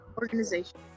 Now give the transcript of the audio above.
organization